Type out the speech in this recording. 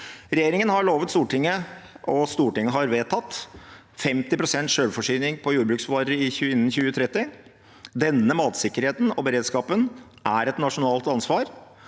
Stortinget har vedtatt – 50 pst. selvforsyning på jordbruksvarer innen 2030. Denne matsikkerheten og beredskapen er et nasjonalt ansvar,